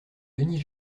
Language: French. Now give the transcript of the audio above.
denis